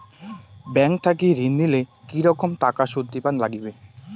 Bank থাকি ঋণ নিলে কি রকম টাকা সুদ দিবার নাগিবে?